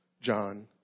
John